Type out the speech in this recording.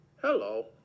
Hello